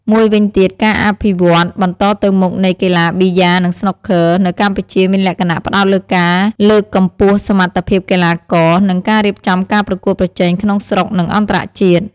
មួយវិញទៀតការអភិវឌ្ឍន៍បន្តទៅមុខនៃកីឡាប៊ីយ៉ានិងស្នូកឃ័រនៅកម្ពុជាមានលក្ខណៈផ្តោតលើការលើកកម្ពស់សមត្ថភាពកីឡាករ និងការរៀបចំការប្រកួតប្រជែងក្នុងស្រុក និងអន្តរជាតិ។